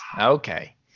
Okay